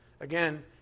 Again